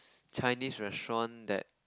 Chinese restaurant that